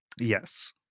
Yes